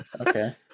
Okay